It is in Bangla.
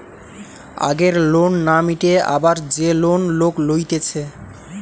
আগের লোন না মিটিয়ে আবার যে লোন লোক লইতেছে